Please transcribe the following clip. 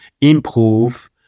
improve